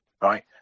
right